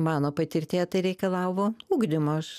mano patirtyje tai reikalavo ugdymo aš